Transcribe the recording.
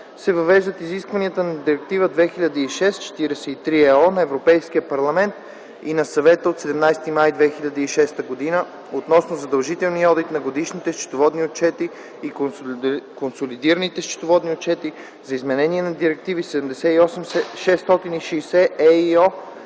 се въвеждат изискванията на Директива 2006/43/ЕО на Европейския парламент и на Съвета от 17 май 2006 г. относно задължителния одит на годишните счетоводни отчети и консолидираните счетоводни отчети, за изменение на директиви 78/660/ЕИО